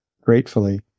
Gratefully